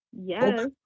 Yes